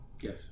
Yes